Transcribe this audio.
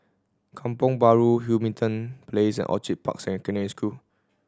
Kampong Bahru Hamilton Place and Orchid Park Secondary School